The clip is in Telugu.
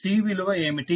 C విలువ ఏమిటి